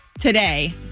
today